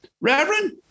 Reverend